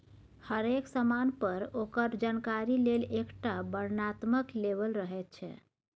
हरेक समान पर ओकर जानकारी लेल एकटा वर्णनात्मक लेबल रहैत छै